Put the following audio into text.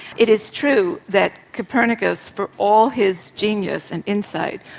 it is true that copernicus, for all his genius and insight,